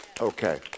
Okay